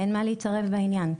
אין מה להתערב בעניין.